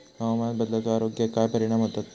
हवामान बदलाचो आरोग्याक काय परिणाम होतत?